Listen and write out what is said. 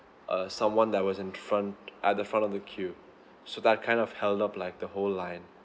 uh someone that was in front at the front of the queue so that kind of held up like the whole line